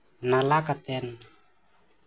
ᱱᱟᱞᱟ ᱠᱟᱛᱮᱫ